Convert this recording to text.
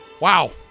Wow